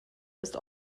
ist